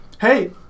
hey